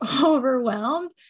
overwhelmed